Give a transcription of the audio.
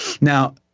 now